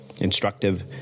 instructive